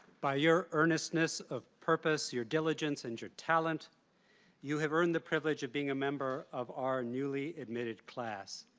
by your earnestness of purpose, your diligence, and your talent you have earned the privilege of being a member of our newly admitted class.